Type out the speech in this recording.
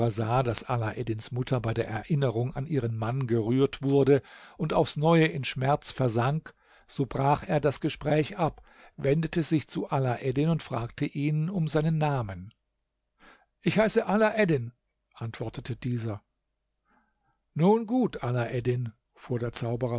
daß alaeddins mutter bei der erinnerung an ihren mann gerührt wurde und aufs neue in schmerz versank so brach er das gespräch ab wendete sich zu alaeddin und fragte ihn um seinen namen ich heiße alaeddin antwortete dieser nun gut alaeddin fuhr der zauberer